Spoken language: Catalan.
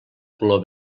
color